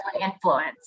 influence